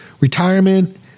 Retirement